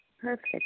Perfect